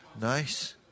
Nice